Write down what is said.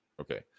Okay